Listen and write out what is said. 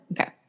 okay